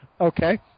okay